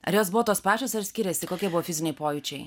ar jos buvo tos pačios ar skiriasi kokie buvo fiziniai pojūčiai